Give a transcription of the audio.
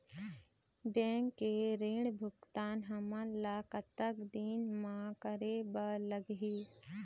Bank के ऋण भुगतान हमन ला कतक दिन म करे बर लगही?